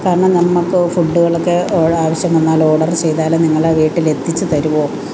കാരണം നമുക്ക് ഫുഡ്ഡുകളൊക്കെ ആവശ്യം വന്നാൽ ഓർഡർ ചെയ്താൽ നിങ്ങൾ വീട്ടിൽ എത്തിച്ചു തരുമോ